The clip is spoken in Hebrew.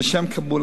קבלת התעודה.